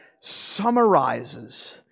summarizes